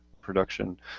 production